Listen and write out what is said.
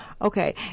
Okay